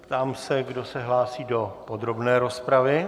Ptám se, kdo se hlásí do podrobné rozpravy.